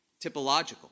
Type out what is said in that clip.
typological